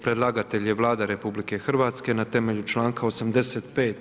Predlagatelj je Vlada RH na temelju članka 85.